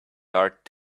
art